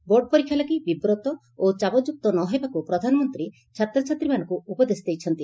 board ପରୀକ୍ଷା ଲାଗି ବିବ୍ରତ ଓ ଚାପଯୁକ୍ତ ନ ହେବାକୁ ପ୍ରଧାନମନ୍ତୀ ଛାତ୍ରଛାତ୍ରୀମାନଙ୍କୁ ଉପଦେଶ ଦେଇଛନ୍ତି